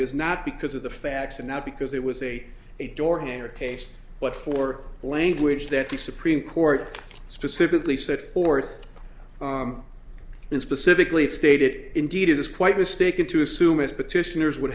is not because of the facts and not because it was a door hanger case but for language that the supreme court specifically set forth in specifically stated indeed it is quite mistaken to assume it's petitioners would